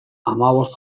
hamabost